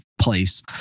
place